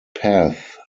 path